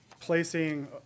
placing